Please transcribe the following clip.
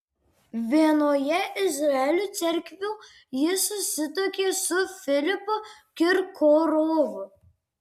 vienoje izraelio cerkvių ji susituokė su filipu kirkorovu